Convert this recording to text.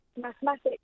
mathematics